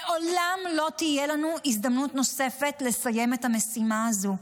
לעולם לא תהיה לנו הזדמנות נוספת לסיים את המשימה הזו.